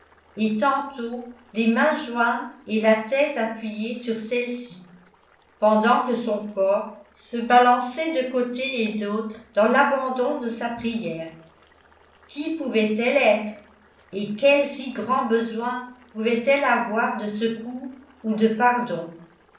et tantôt les mains jointes et la tête appuyée sur celles-ci pendant que son corps se balançait de côté et d'autre dans l'abandon de sa prière qui pouvait-elle être et quel si grand besoin pouvait-elle avoir de secours ou de pardon